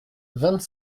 vingt